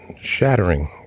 shattering